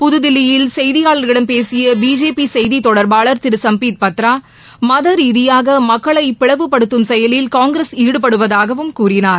புதுதில்லியில் செய்தியாளர்களிடம்பேசிய பிஜேபி செய்தி தொடர்பாளர் திரு சும்பித் பத்ரா மதரீதியாக மக்களை பிளவுபடுத்தும் செயலில் காங்கிரஸ் ஈடுபடுவதாகவும் கூறினார்